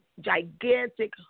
gigantic